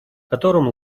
которым